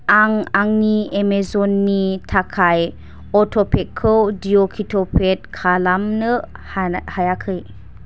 आं आंनि एमाजननि थाखाय अट'पेखौ दिएक्टिभेट खालामनो हायाखै